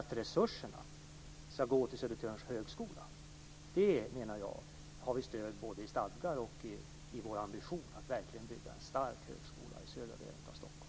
Att resurserna ska gå till Södertörns högskola menar jag att vi har stöd för både i stadgar och i vår ambition att bygga en verkligt stark högskola i södra delen av Stockholm.